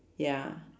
ya